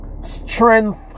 strength